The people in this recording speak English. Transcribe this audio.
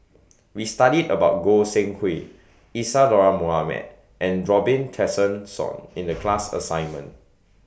We studied about Goi Seng Hui Isadhora Mohamed and Robin Tessensohn in The class assignment